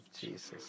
Jesus